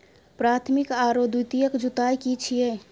प्राथमिक आरो द्वितीयक जुताई की छिये?